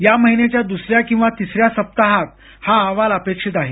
या महिन्याच्या दुसऱ्या किंवा तिसऱ्या सप्ताहात हा अहवाल अपेक्षित आहे